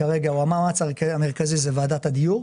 המאמץ המרכזי זה ועדת הדיור,